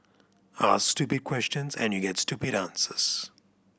ask stupid questions and you get stupid answers